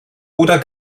oder